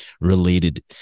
related